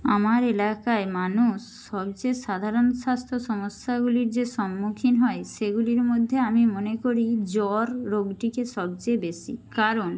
আমার এলাকায় মানুষ সবচেয়ে সাধারণ স্বাস্থ্য সমস্যাগুলির যে সম্মুখীন হয় সেগুলির মধ্যে আমি মনে করি জ্বর রোগটিকে সবচেয়ে বেশি কারণ